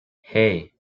hey